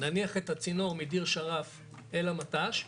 נניח את הצינור מדיר שרף אל המט"ש,